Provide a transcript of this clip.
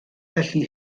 felly